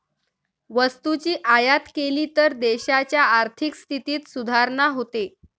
वस्तूची आयात केली तर देशाच्या आर्थिक स्थितीत सुधारणा होते